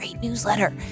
newsletter